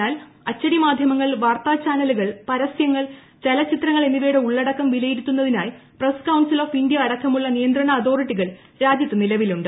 എന്നാൽ അച്ചടിമാധ്യമങ്ങൾ വാർത്താചാനലുകൾ പരസ്യങ്ങൾ ചലച്ചിത്രങ്ങൾ എന്നിവയുടെ ഉള്ളടക്കം വിലയിരുത്തുന്നതിനായി പ്രസ് കൌൺസിൽ ഓഫ് ഇന്ത്യ അടക്കമുള്ള നിയന്ത്രണ അതോറിറ്റികൾ രാജ്യത്ത് നിലവിലുണ്ട്